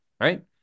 right